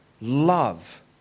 love